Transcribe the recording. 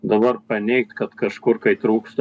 dabar paneigt kad kažkur kai trūksta